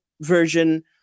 version